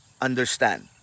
understand